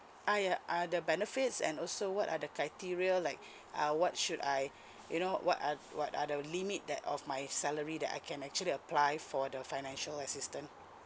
ah yeah uh the benefits and also what are the criteria like uh what should I you know what are what are the limit that of my salary that I can actually apply for the financial assistance